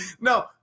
no